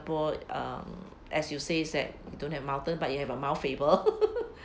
uh as you says that don't have mountain but you have a mount faber